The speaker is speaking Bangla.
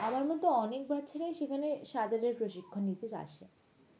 আমার মতো অনেক বাচ্চারাই সেখানে সাঁতারের প্রশিক্ষণ নিতে আসে